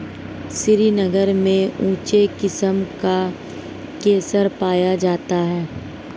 श्रीनगर में उच्च किस्म का केसर पाया जाता है